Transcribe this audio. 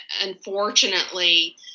unfortunately